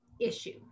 issue